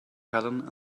helen